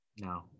no